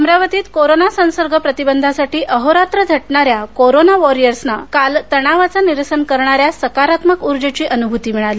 अमरावतीत कोरोन संसर्ग प्रतिबंधासाठी अहोरात्र झटणाऱ्याकोरोना वारियर्स यांनाकालतणावाचं निरसन करणाऱ्या सकारात्मक ऊर्जेची अनुभूती मिळाली